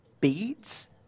beads